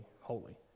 holy